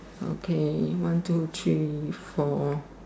okay one two three four